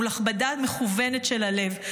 מול הכבדה מכוונת של הלב,